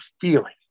feeling